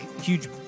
huge